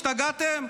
השתגעתם?